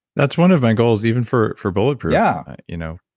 that's one of my goals even for for bulletproof, yeah you know?